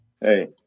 Hey